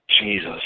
Jesus